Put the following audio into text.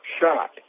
shot